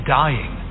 dying